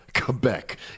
Quebec